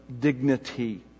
dignity